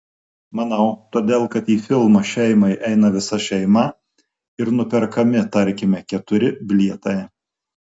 manau todėl kad į filmą šeimai eina visa šeima ir nuperkami tarkime keturi bilietai